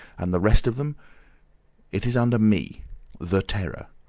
and the rest of them it is under me the terror!